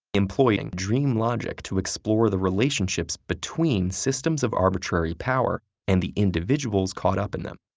employing dream logic to explore the relationships between systems of arbitrary power and the individuals caught up in them.